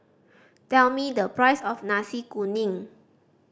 tell me the price of Nasi Kuning